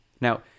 Now